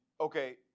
okay